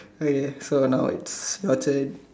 okay so now it's your turn